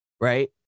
right